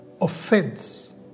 offense